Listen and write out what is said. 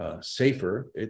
Safer